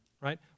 Right